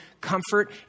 comfort